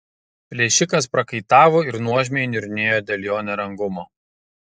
plėšikas prakaitavo ir nuožmiai niurnėjo dėl jo nerangumo